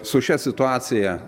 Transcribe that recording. su šia situacija